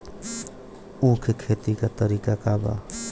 उख के खेती का तरीका का बा?